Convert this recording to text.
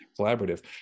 collaborative